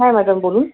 হ্যাঁ ম্যাডাম বলুন